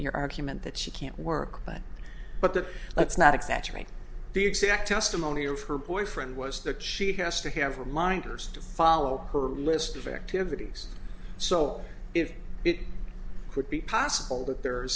your argument that she can't work but but that let's not exaggerate the exact testimony of her boyfriend was that she has to have reminders to follow her list of activities so if it could be possible that there